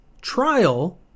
trial